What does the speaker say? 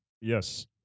Yes